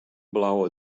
blauwe